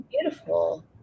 beautiful